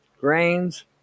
grains